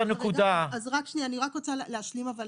אבל אני רק רוצה להשלים,